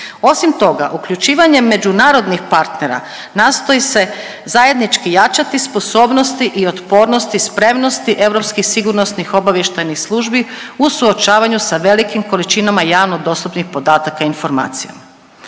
Osim toga uključivanjem međunarodnih partnera nastoji se zajednički jačati sposobnosti i otpornosti spremnosti Europskih sigurnosnih obavještajnih službi u suočavanju sa velikim količinama javno dostupnih podataka i informacija.